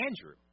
Andrew